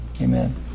Amen